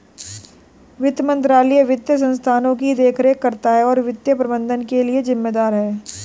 वित्त मंत्रालय वित्तीय संस्थानों की देखरेख करता है और वित्तीय प्रबंधन के लिए जिम्मेदार है